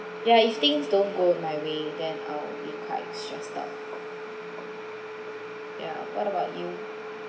there are if things don't go in my way then uh I'll be quite stressed out ya what about you